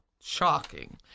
shocking